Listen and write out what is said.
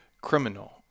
criminal